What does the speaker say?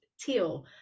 teal